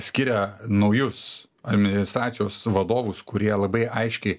skiria naujus administracijos vadovus kurie labai aiškiai